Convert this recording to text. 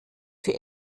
für